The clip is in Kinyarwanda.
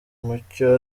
mucyo